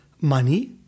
money